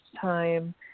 time